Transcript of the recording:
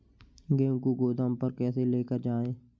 गेहूँ को गोदाम पर कैसे लेकर जाएँ?